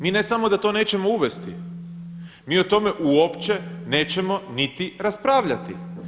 Mi ne samo da mi to nećemo uvesti, mi o tome uopće nećemo niti raspravljati.